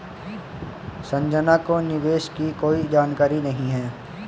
संजना को निवेश की कोई जानकारी नहीं है